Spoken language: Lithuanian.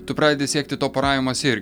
tu pradedi siekti to poravimosi ir